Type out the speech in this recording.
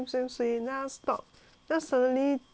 just suddenly suddenly 将你看